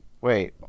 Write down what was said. Wait